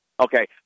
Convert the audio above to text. Okay